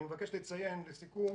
אני מבקש לציין לסיכום,